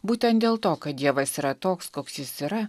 būtent dėl to kad dievas yra toks koks jis yra